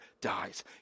dies